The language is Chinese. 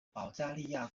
保加利亚